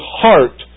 heart